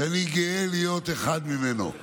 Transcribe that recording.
שאני גאה להיות אחד ממנו.